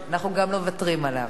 אנחנו גם לא מוותרים עליו.